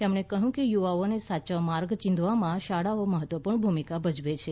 તેમણે કહ્યું કે યુવાઓને સાચો માર્ગ ચીંધવામાં શાળાઓ મહત્વપૂર્ણ ભૂમિકા ભજવે છે